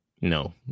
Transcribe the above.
no